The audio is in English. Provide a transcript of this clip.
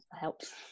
helps